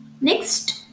Next